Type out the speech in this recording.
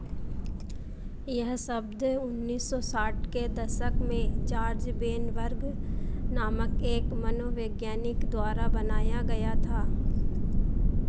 यह शब्द उन्नीस सौ साठ के दशक में जॉर्ज वेनबर्ग नामक एक मनोवैज्ञानिक द्वारा बनाया गया था